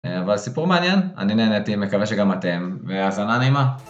אבל סיפור מעניין, אני נהנתי, מקווה שגם אתם, והאזנה נעימה.